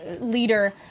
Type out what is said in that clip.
leader